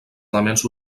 elements